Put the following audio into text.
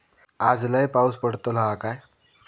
आज लय पाऊस पडतलो हा काय?